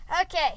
Okay